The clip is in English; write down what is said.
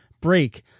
break